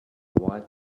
white